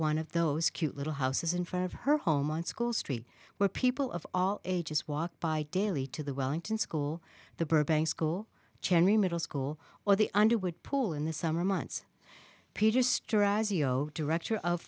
one of those cute little houses in front of her home on school street where people of all ages walk by daily to the wellington school the burbank school chani middle school or the underwood pool in the summer months